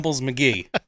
McGee